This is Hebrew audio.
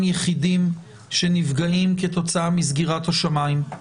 יחידים שנפגעים כתוצאה מסגירת השמיים.